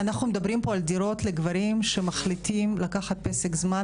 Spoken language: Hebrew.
אנחנו מדברים פה על דירות לגברים שמחליטים לקחת פסק זמן,